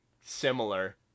similar